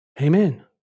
Amen